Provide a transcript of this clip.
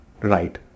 right